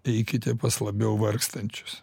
eikite pas labiau vargstančius